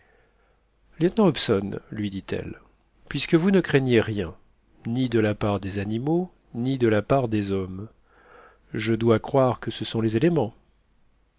lieutenant hobson lui dit-elle puisque vous ne craignez rien ni de la part des animaux ni de la part des hommes je dois croire que ce sont les éléments